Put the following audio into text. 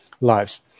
lives